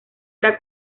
era